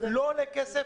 לא עולה כסף,